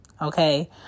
Okay